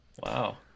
wow